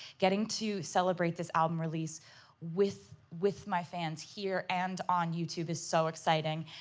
getting to celebrate this album release with with my fans here and on youtube is so exciting.